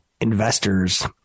investors